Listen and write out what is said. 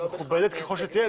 מכובדת ככל שתהיה,